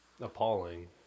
Appalling